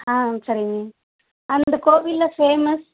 ஆ சரிங்க மேம் அந்தக் கோவிலில் ஃபேமஸ்